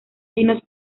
vinos